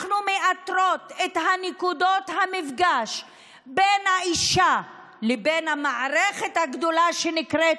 אנחנו מאתרות את נקודות המפגש בין האישה לבין המערכת הגדולה שנקראת